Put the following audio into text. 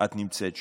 את נמצאת שם.